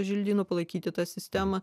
želdynų palaikyti tą sistemą